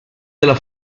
della